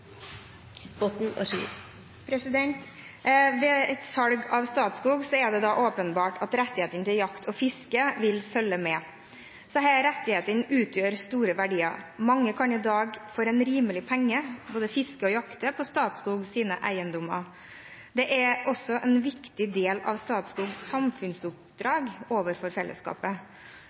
fiske vil følge med. Disse rettighetene utgjør store verdier. Mange kan i dag for en rimelig penge både fiske og jakte på Statskogs eiendommer. Det er også en viktig del av Statskogs